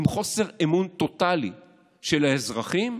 עם חוסר אמון טוטלי של האזרחים,